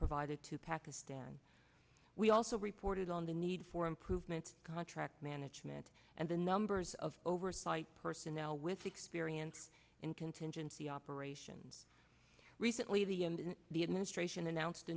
provided to pakistan we also reported on the need for improvements contract management and the numbers of oversight personnel with experience in contingency operations recently the end of the administration announced a